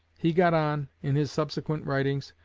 he got on, in his subsequent writings,